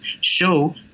show